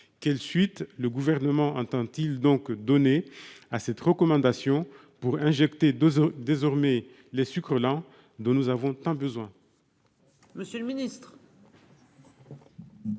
quelles suites le Gouvernement entend-il donner à cette recommandation pour injecter, désormais, les sucres lents dont nous avons tant besoin ?